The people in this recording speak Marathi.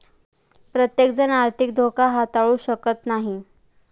प्रत्येकजण आर्थिक धोका हाताळू शकत नाही